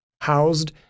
housed